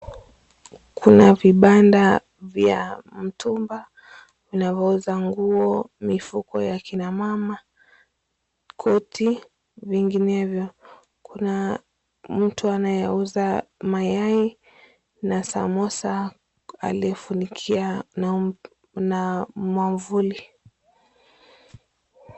Kuna vibanda vya mtumba vinavyouza nguo, mifuko ya kina mama, koti vinginevyo. Kuna mtu anayeuza mayai na samosa aliyefunikia na mwavuli.